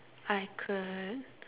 I could